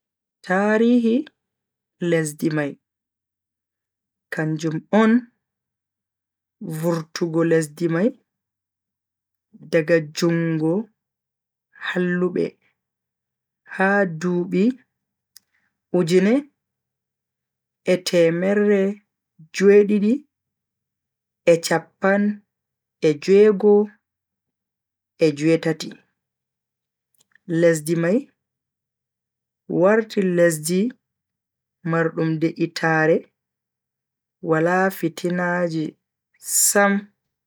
Tarihi lesdi mai kanjum on vurtugo lesdi mai daga jungo hallube ha dubi ujune e temerre jue-didi e chappan e jue-go e jue-tati. lesdi mai warti lesdi mardum de'itaare wala fitinaji Sam.